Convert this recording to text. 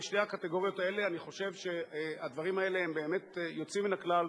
בשתי הקטגוריות האלה אני חושב שהדברים האלה הם באמת יוצאים מן הכלל,